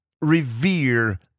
revere